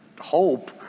hope